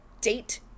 date